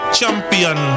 champion